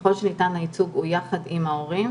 ככל שניתן הייצוג הוא יחד עם ההורים